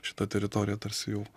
šita teritorija tarsi jau